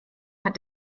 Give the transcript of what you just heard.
hat